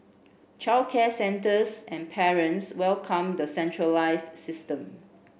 childcare centres and parents welcomed the centralised system